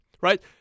right